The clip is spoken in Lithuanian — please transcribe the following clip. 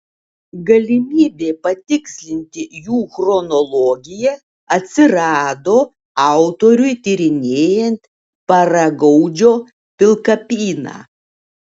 galimybė patikslinti jų chronologiją atsirado autoriui tyrinėjant paragaudžio pilkapyną